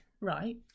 Right